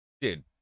dude